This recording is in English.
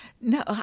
No